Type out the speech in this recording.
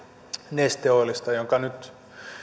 neste oilista josta nyt